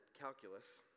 calculus